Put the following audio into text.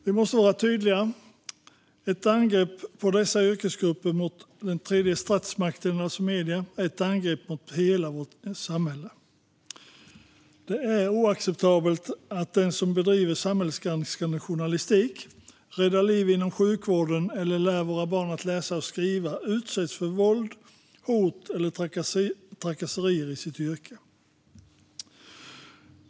Vi måste vara tydliga med att ett angrepp på dessa yrkesgrupper och mot den tredje statsmakten, alltså medierna, är ett angrepp mot hela vårt samhälle. Det är oacceptabelt att den som bedriver samhällsgranskande journalistik, räddar liv inom sjukvården eller lär våra barn att läsa och skriva utsätts för våld, hot eller trakasserier i sitt yrke.